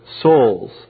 souls